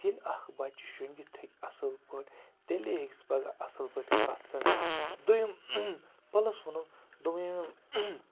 ییٚلہِ اَکھ بَچہِ شنٛگِتھ ہیٚکہِ اَصٕل پٲٹھۍ تیٚلے ہیٚکہِ سُہ پَگاہ اَصٕل پٲٹھۍ کَتھ سَمجِتھ دوٚیِم پَلَس وُنُن دوٚپُن یِم یِم